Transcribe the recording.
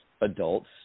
adults